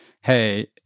Hey